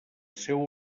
seu